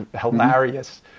hilarious